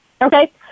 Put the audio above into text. Okay